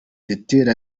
teteri